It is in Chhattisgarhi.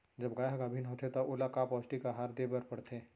जब गाय ह गाभिन होथे त ओला का पौष्टिक आहार दे बर पढ़थे?